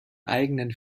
eigenen